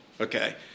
okay